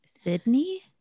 Sydney